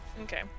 Okay